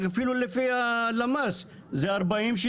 אפילו לפי הלמ"ס זה 40/60,